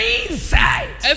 inside